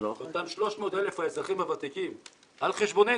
אותם 300,000 האזרחים הוותיקים, על חשבוננו,